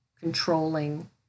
controlling